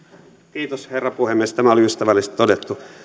kiitos herra puhemies tämä oli ystävällisesti todettu